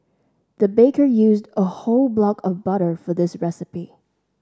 the baker used a whole block of butter for this recipe